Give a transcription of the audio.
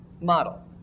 model